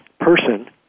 person